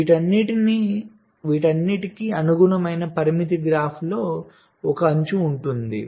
కాబట్టి వీటన్నింటికీ అనుగుణమైన పరిమితి గ్రాఫ్లో ఒక అంచు ఉంటుంది